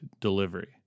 delivery